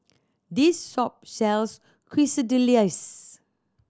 this shop sells Quesadillas